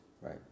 Right